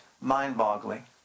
mind-boggling